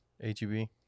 H-E-B